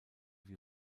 wie